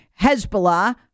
Hezbollah